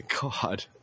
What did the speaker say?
God